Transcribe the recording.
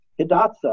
Hidatsa